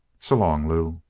so long, lew.